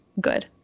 good